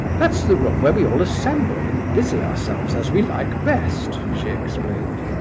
that's the room where we all assemble and busy ourselves as we like best, she explained.